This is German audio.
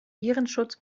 virenschutz